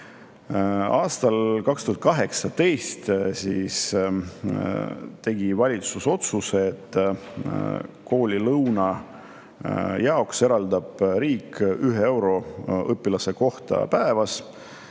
Aastal 2018 tegi valitsus otsuse, et koolilõuna jaoks eraldab riik 1 euro õpilase kohta päevas.